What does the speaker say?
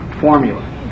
formula